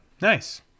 Nice